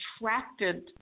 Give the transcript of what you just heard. attracted